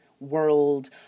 world